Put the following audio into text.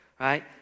right